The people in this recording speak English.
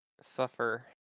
Suffer